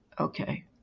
okay